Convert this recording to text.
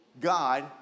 God